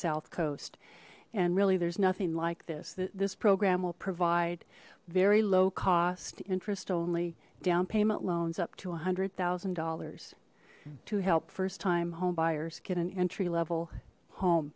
south coast and really there's nothing like this this program will provide very low cost interest only down payment loans up to one hundred thousand dollars to help first time homebuyers get an entry level home